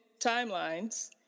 timelines